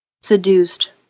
seduced